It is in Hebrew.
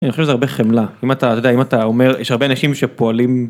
אני חושב שזה הרבה חמלה, אם אתה, אתה יודע, אם אתה אומר, יש הרבה אנשים שפועלים.